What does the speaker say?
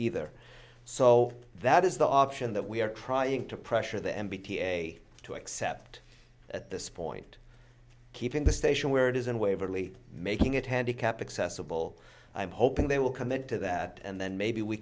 either so that is the option that we are trying to pressure the m b t a to accept at this point keeping the station where it is and waverly making it handicapped accessible i'm hoping they will commit to that and then maybe we